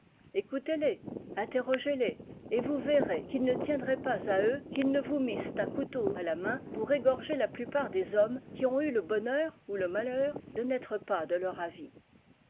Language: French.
écoutez-les interrogez les et vous verrez qu'il ne tiendrait pas à eux qu'ils ne vous missent un couteau à la main pour égorger la plupart des hommes qui ont eu le bonheur ou le malheur de n'être pas de leur avis